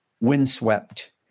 windswept